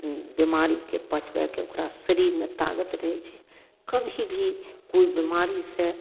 बीमारीके पचबयके ओकरा शरीरमे ताकत रहय छै कभी भी कोइ बीमारीसँ